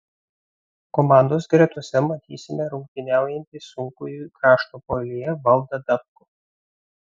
komandos gretose matysime rungtyniaujantį sunkųjį krašto puolėją valdą dabkų